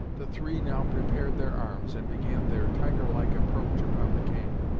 the three now prepared their arms, and began their tiger-like approach upon the camp.